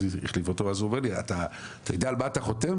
אז החליף אותו ואומר לי אתה יודע על מה אתה חותם?